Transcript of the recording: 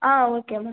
ah okay ma'am